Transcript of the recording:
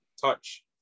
touch